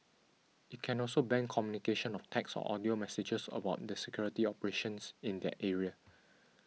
it can also ban communication of text or audio messages about the security operations in their area